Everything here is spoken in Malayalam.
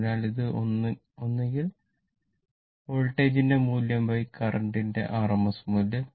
അതിനാൽ ഇത് ഒന്നെങ്കിൽ വോൾട്ടേജിന്റെ rms മൂല്യംകറന്റിന്റെ rms മൂല്യം